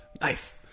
nice